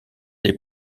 des